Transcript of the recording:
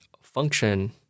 function